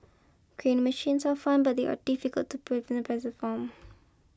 crane machines are fun but they are difficult to play win the prizes from